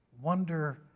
wonder